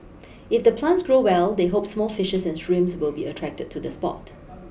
if the plants grow well they hope small fishes and shrimps will be attracted to the spot